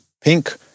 pink